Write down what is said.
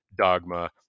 dogma